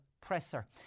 presser